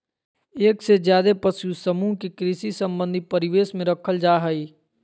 एक से ज्यादे पशु समूह के कृषि संबंधी परिवेश में रखल जा हई